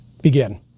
begin